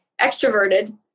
extroverted